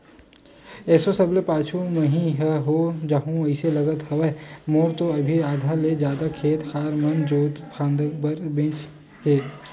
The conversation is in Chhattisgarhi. एसो सबले पाछू मही ह हो जाहूँ अइसे लगत हवय, मोर तो अभी आधा ले जादा खेत खार मन जोंते फांदे बर बचें हे